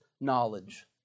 knowledge